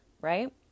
right